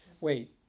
Wait